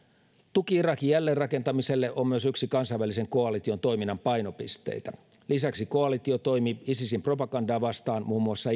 tuki irakin jälleenrakentamiselle on myös yksi kansainvälisen koalition toiminnan painopisteitä lisäksi koalitio toimii isisin propagandaa vastaan muun muassa